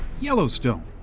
Yellowstone